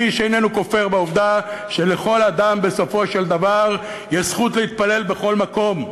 איש איננו כופר בעובדה שלכל אדם בסופו של דבר יש זכות להתפלל בכל מקום,